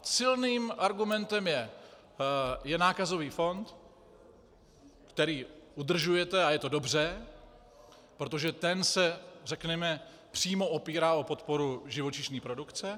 Silným argumentem je nákazový fond, který udržujete, a je to dobře, protože ten se řekněme přímo opírá o podporu živočišné produkce.